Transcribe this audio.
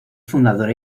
fundadora